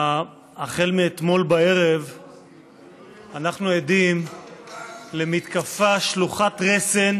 מאתמול בערב אנחנו עדים למתקפה שלוחת רסן